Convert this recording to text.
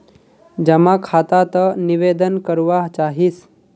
जमा खाता त निवेदन करवा चाहीस?